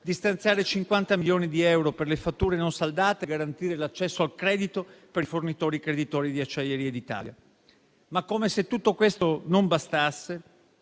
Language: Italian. di stanziare 50 milioni di euro per le fatture non saldate e garantire l'accesso al credito per i fornitori creditori di Acciaierie d'Italia. Come se tutto questo non bastasse